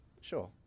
sure